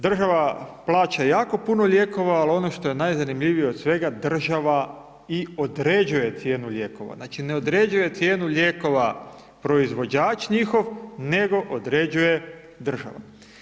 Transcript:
Država plaća jako puno lijekova ali ono što je najzanimljivije od svega, država i određuje cijenu lijekova, znači ne određuje cijenu lijekova proizvođač njihov, nego određuje država.